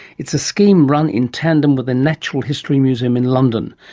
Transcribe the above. it's a scheme run in tandem with the natural history museum in london,